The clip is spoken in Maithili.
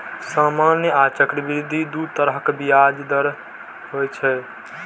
सामान्य आ चक्रवृद्धि दू तरहक ब्याज दर होइ छै